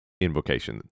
invocation